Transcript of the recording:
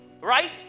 right